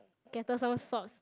scatter some salt